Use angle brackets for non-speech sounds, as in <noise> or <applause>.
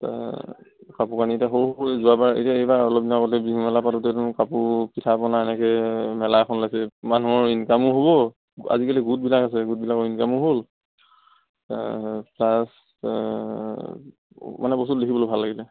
কাপোৰ কানি এতিয়া সৰু সৰু যোৱাবাৰ এতিয়া এইবাৰ অলপ দিনৰ আগতে বিহু মেলা পাতোঁতে কাপোৰ পিঠা পনা এনেকে মেলা এখন লৈছে মানুহৰ ইনকামো হ'ব আজিকালি গোটবিলাক আছে গোটবিলাকৰ ইনকামো হ'ল <unintelligible> প্লাছ মানে বস্তু দেখিবলৈ ভাল লাগিলে